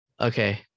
okay